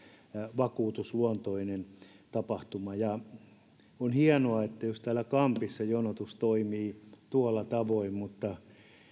vakuutusluontoinen tapahtuma on hienoa jos täällä kampissa jonotus toimii tuolla tavoin mutta